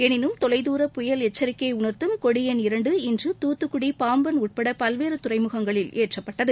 எனினும் தொலைத்தூர புயல் எச்சரிக்கையை உணர்த்தும் கொடி எண் இரண்டு இன்று துத்துக்குடி பாம்பன் உட்பட பல்வேறு துறைமுகங்களில் ஏற்றப்பட்டது